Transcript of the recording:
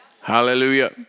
Hallelujah